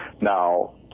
Now